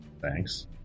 Thanks